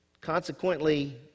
Consequently